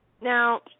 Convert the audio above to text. Now